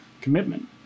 commitment